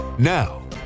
Now